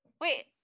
Wait